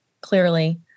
clearly